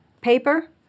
paper